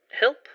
help